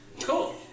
Cool